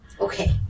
okay